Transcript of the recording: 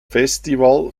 festival